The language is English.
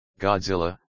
Godzilla